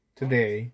today